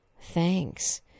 Thanks